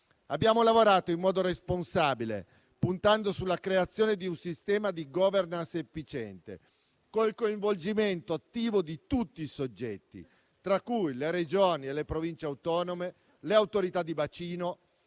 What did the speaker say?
Abbiamo lavorato in modo responsabile, puntando sulla creazione di un sistema di *governance* efficiente, con il coinvolgimento attivo di tutti i soggetti, tra cui le Regioni e le Province autonome, le Autorità di bacino